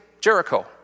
Jericho